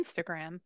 Instagram